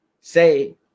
say